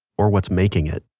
or what's making it,